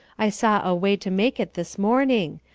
i saw a way to make it this morning.